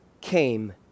came